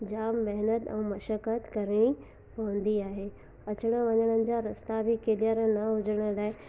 जाम महिनत अऊं मशक़त करणी पवंदी आहे अचण वञण जा रस्ता बि क्लिअर न हुजण लाइ